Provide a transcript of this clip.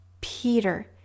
Peter